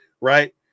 right